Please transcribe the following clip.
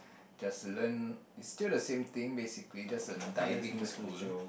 just learn is still the same thing basically just a diving school